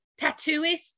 tattooist